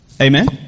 Amen